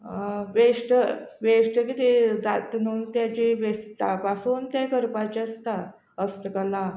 waste waste कितें जातून तेजे वेस्टा पासून ते करपाचे आसता हस्तकला